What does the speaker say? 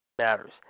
matters